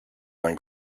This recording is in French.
d’un